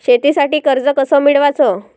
शेतीसाठी कर्ज कस मिळवाच?